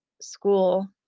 school